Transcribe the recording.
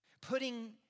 putting